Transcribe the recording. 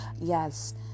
Yes